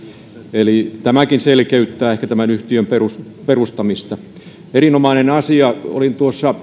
eli tämäkin ehkä selkeyttää yhtiön perustamista perustamista erinomainen asia olin